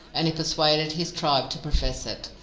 and he persuaded his tribe to profess it.